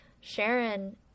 Sharon